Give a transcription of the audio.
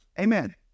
Amen